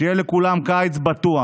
שיהיה לכולם קיץ בטוח.